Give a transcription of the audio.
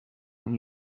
اون